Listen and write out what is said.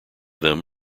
them